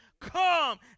come